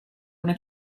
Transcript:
una